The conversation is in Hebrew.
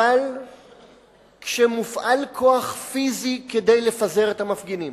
אבל כשמופעל כוח פיזי כדי לפזר את המפגינים,